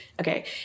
okay